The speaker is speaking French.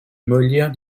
molière